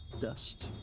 dust